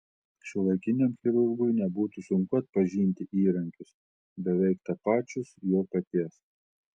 šiuolaikiniam chirurgui nebūtų sunku atpažinti įrankius beveik tapačius jo paties